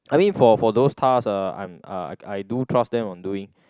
I mean for for those task ah I uh I I do trust them on doing